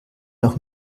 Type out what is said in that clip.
noch